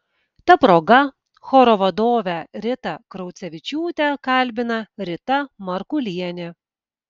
ta proga choro vadovę ritą kraucevičiūtę kalbina rita markulienė